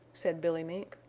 said billy mink.